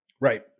right